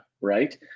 right